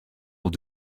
will